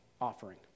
offering